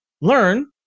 learn